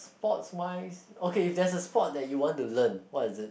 sports wise okay if there's a sport that you want to learn what is it